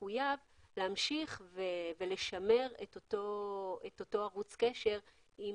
מחויב להמשיך ולשמר את אותו ערוץ קשר אם